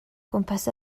gwmpas